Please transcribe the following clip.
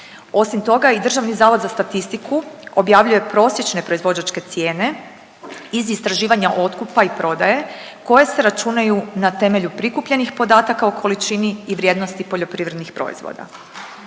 Osim toga i Državni zavod za statistiku objavljuje prosječne proizvođačke cijene iz istraživanja otkupa i prodaje koje se računaju na temelju prikupljenih podataka o količini i vrijednosti poljoprivrednih proizvoda.